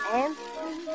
answer